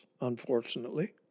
unfortunately